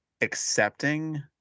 accepting